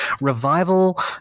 Revival